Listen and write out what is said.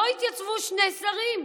לא התייצבו שני שרים.